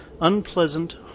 Unpleasant